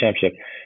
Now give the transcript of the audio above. Championship